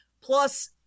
Plus